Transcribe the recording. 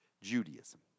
Judaism